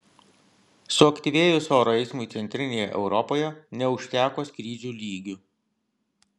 suaktyvėjus oro eismui centrinėje europoje neužteko skrydžių lygių